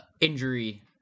injury